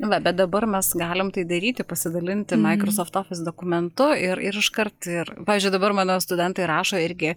va bet dabar mes galim tai daryti pasidalinti maikrosoft ofis dokumentu ir ir iškart ir pavyzdžiui dabar mano studentai rašo irgi